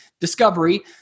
discovery